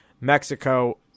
Mexico